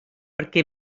perquè